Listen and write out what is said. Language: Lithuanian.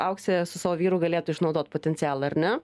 auksė su savo vyru galėtų išnaudot potencialą ar ne